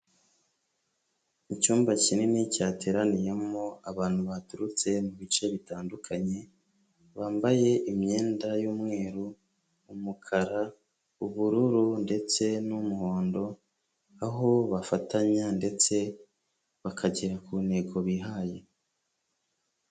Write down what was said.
Icyumba kinini cyateraniyemo abantu baturutse mu bice bitandukanye, bambaye imyenda y'umweru, umukara, ubururu ndetse n'umuhondo, aho bafatanya ndetse bakagera ku ntego bihaye.